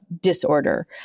disorder